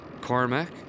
Carmack